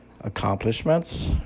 accomplishments